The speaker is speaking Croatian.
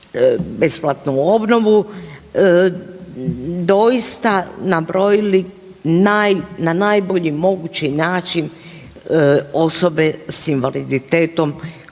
besplatnu obnovu, doista nabrojili na najbolji mogući način osobe s invaliditetom koje